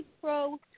pro